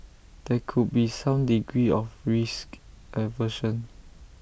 there could be some degree of risk aversion